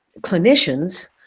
clinicians